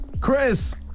Chris